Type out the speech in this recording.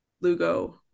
Lugo